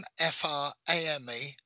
F-R-A-M-E